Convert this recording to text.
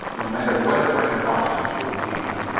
no matter what it might cost him to obtain them,